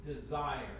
desire